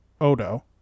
Odo